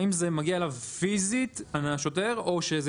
האם זה מגיע אליו פיזית מהשוטר או שזה